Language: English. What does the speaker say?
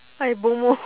I bomoh